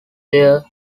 their